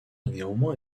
néanmoins